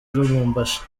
lubumbashi